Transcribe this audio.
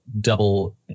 double